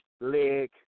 leg